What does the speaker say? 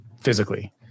physically